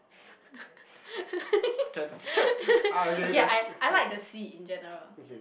okay I I like the sea in general